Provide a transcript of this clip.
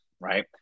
right